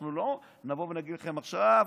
אנחנו לא נבוא ונגיד לכם: עכשיו,